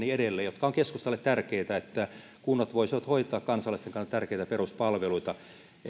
ja niin edelleen jotka ovat keskustalle tärkeitä että kunnat voisivat hoitaa kansalaisten kannalta tärkeitä peruspalveluita